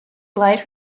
light